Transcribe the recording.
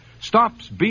Stops